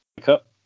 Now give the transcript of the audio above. Cup